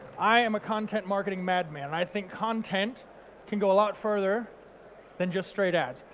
i am a content marketing madman. i think content can go a lot further than just straight ads.